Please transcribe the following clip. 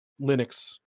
Linux